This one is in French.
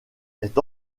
est